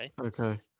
Okay